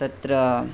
तत्र